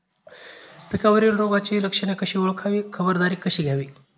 पिकावरील रोगाची लक्षणे कशी ओळखावी, खबरदारी कशी घ्यावी?